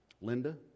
Linda